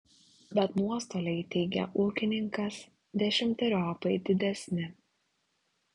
bet nuostoliai teigia ūkininkas dešimteriopai didesni